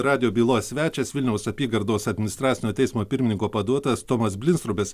radijo bylos svečias vilniaus apygardos administracinio teismo pirmininko pavaduotojas tomas blinstrubis